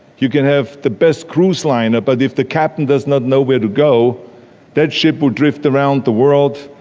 you can have the best cruise liner, but if the captain does not know where to go that ship will drift around the world,